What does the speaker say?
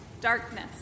Darkness